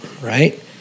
right